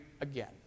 again